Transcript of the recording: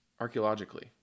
archaeologically